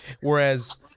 Whereas